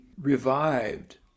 revived